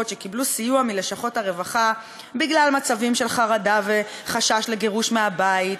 שקיבלו סיוע מלשכות הרווחה בגלל מצבים של חרדה וחשש לגירוש מהבית,